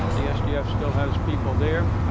the sdf still has people there.